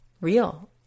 real